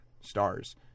stars